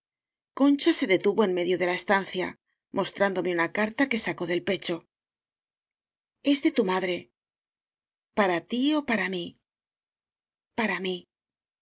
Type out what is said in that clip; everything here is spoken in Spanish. concha se detuvo en medio de la estancia mostrándome una carta que sacó del pecho es de tu madre para ti ó para mí para mí